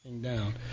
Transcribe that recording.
Down